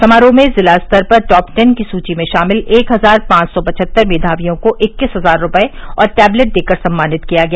समारोह में जिला स्तर पर टॉप टेन की सूची में शामिल एक हजार पांच सौ पचहत्तर मेघावियों को इक्कीस हजार रूपये और टेबलेट देकर सम्मानित किया गया